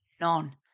none